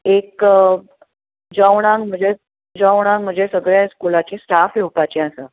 एक जेवणाक म्हणजे जेवणाक म्हजे सगळें स्कुलाची स्टाफ येवपाची आसा